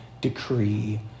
decree